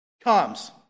comes